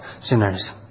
sinners